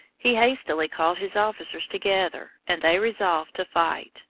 he hastily called his officers together and they resolved to fight,